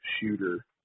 shooter